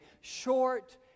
short